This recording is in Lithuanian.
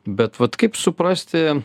bet vat kaip suprasti